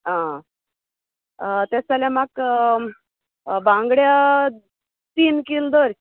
आ तेंश जाल्या म्हाक बांगड्या तीन किल धर